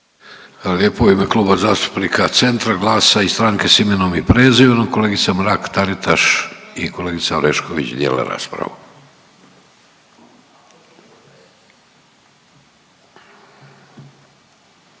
lijepo. U ime Kluba zastupnika Centra, Glasa i Stranke s imenom i prezimenom, kolegica Mrak Taritaš i kolegica Orešković dijele raspravu.